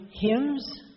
hymns